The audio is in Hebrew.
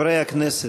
חברי הכנסת,